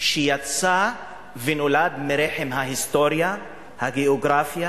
שיצא ונולד מרחם ההיסטוריה, הגיאוגרפיה,